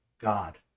God